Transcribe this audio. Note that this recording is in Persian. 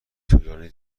طولانی